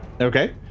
Okay